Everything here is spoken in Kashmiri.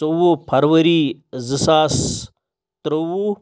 ژۄوُہ فرؤری زٕ ساس ترٛوٚوُہ